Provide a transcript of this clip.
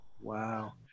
Wow